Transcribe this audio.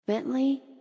Bentley